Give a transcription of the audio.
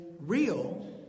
real